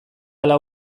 hala